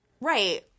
right